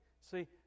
See